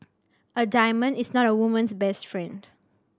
a diamond is not a woman's best friend